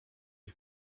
you